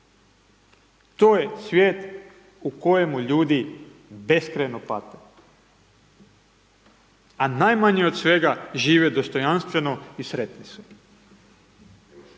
To je svijet u kojemu ljudi beskrajno pate, a najmanje od svega žive dostojanstveno i sretni su.